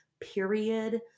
period